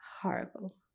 horrible